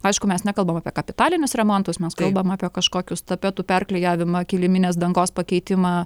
aišku mes nekalbam apie kapitalinius remontus mes kalbam apie kažkokius tapetų perklijavimą kiliminės dangos pakeitimą